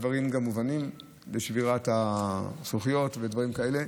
הדברים מובנים: שבירת הזכוכיות ודברים כאלה.